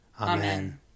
Amen